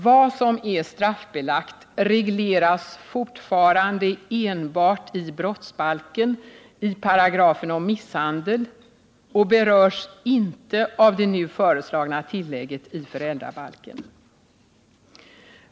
Vad som är straffbelagt regleras fortfarande enbart i brottsbalken i paragrafen om misshandel och berörs inte av det nu föreslagna tillägget i föräldrabalken.